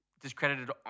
discredited